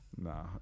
Nah